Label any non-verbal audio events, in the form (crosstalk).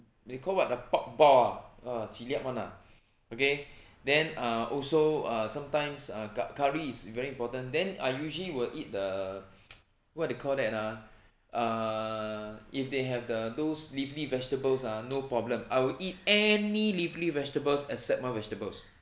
they call what the pork ball ah ah jit liap [one] ah (breath) okay (breath) then uh also uh sometimes uh cu~ curry is very important then I usually will eat the (noise) what you call that ah err if they have the those leafy vegetables ah no problem I will eat any leafy vegetables except one vegetables